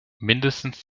mindestens